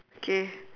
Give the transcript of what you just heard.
okay